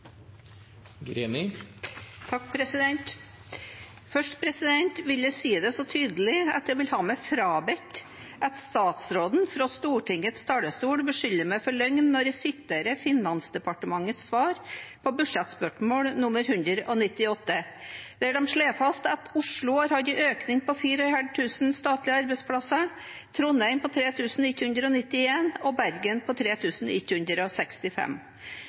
Først vil jeg si tydelig at jeg vil ha meg frabedt at statsråden fra Stortingets talerstol beskylder meg for løgn når jeg siterer Finansdepartementets svar på budsjettspørsmål nr. 198, der de slår fast at Oslo har hatt en økning på 4 500 statlige arbeidsplasser, Trondheim på 3 191 og Bergen på